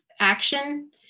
action